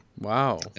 wow